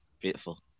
Beautiful